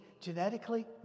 Genetically